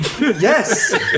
Yes